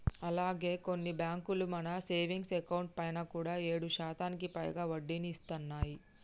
అలాగే కొన్ని బ్యాంకులు మన సేవింగ్స్ అకౌంట్ పైన కూడా ఏడు శాతానికి పైగా వడ్డీని ఇస్తున్నాయి